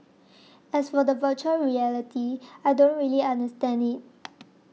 as for the Virtual Reality I don't really understand it